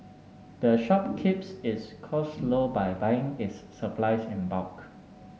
the shop keeps its costs low by buying its supplies in bulk